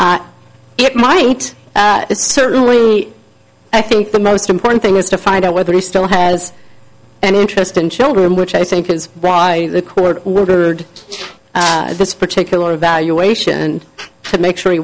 it might certainly i think the most important thing is to find out whether he still has an interest in children which i think is why the court ordered this particular evaluation and to make sure he